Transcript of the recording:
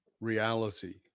reality